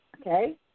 Okay